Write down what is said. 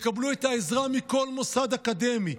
שיקבלו את העזרה מכל מוסד אקדמי,